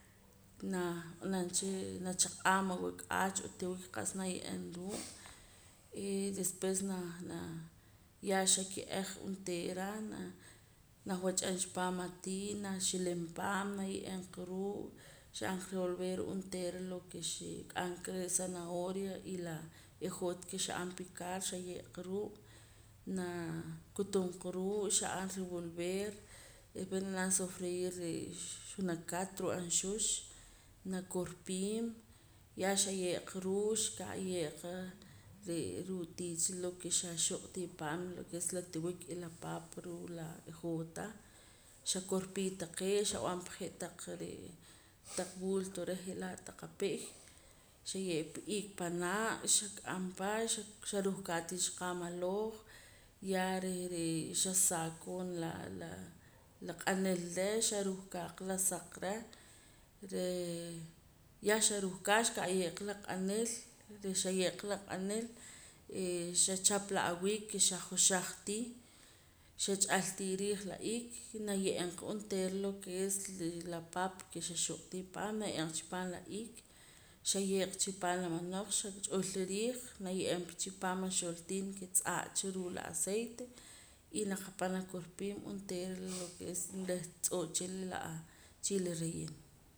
Nah nab'anam cha nachaq'aam awak'aach o tiwik qaa'sa naye'em ruu' eh después na naa ya xake'aj onteera na nawach'am cha paam atii' naxilim paam naye'em qa ruu' xab'an qa revolver onteera lo ke xik'an ka zanahoria y la ejoota ke xa'an picar xaye'qa ruu' naa kutum qa ruu' xa'an revolver después nab'anam sofreir re' xunakat ruu' anxux nakorpiim ya xaye'qa ruu' xka aye'qa re' ruu' tiicha lo ke xaxuq'tii cha paam lo ke es la tiwik y la paapa y la ejoota xakorpii taqee' xab'an pa je' taq re' taq vulto reh je'laa' taq api'y xaye'pa iik panaa' xak'am pa xaruhkaa tii cha pa amaloj ya reh ree' xasakoon laa la q'anil reh xaruhkaa qa saq reh reh ya xaruhkaa xka aye'qa la riq'anil reh xaye'qa la q'anil eh xachap la awiik ke xajoxaj tii xach'al tii riij la iik naye'em onteera lo ke es la paapa ke xaxuq'tii paam maye'em qa chipaam la iik xaye'qa chipaam la maloj xach'ula riij naye'eem pa chipaam la xortiin ke tz'aa' cha ruu' la aceite y naqapam nakorpiim onteera lo ke es reh tz'oo' chila laa achile relleno